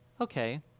Okay